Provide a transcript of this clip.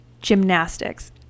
gymnastics